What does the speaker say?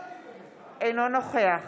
אינו נוכח